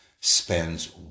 spends